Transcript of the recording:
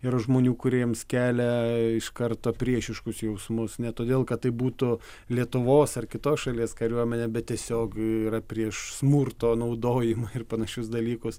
yra žmonių kuriems kelia iš karto priešiškus jausmus ne todėl kad tai būtų lietuvos ar kitos šalies kariuomenė bet tiesiog yra prieš smurto naudojimą ir panašius dalykus